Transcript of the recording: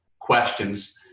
questions